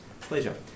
pleasure